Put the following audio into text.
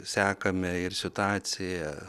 sekame ir situaciją